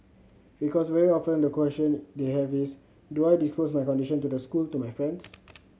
because very often the question they have is do I disclose my condition to the school to my friends